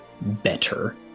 better